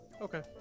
okay